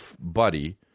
buddy